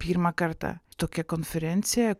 pirmą kartą tokia konferencija